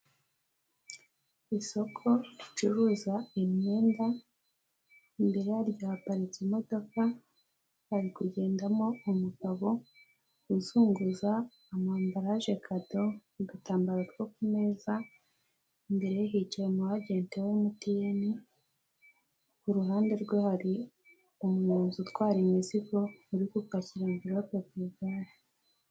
Isoko ricuruza imyenda imbere yaryo haparitse imodoka hari kugendamo umugabo uzunguza ama ambaraje kado mu gatambaro two ku meza, imbere hicaye mu ajente wa MTN ku ruhande rwe hari umuyobozi utwara imizigo, uri kupakira amverope ku igare.